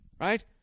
right